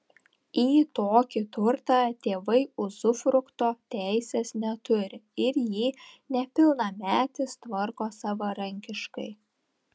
į tokį turtą tėvai uzufrukto teisės neturi ir jį nepilnametis tvarko savarankiškai